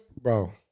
Bro